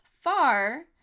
far